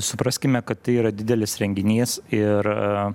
supraskime kad tai yra didelis renginys ir